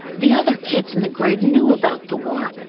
the other kids in the grade knew about the war.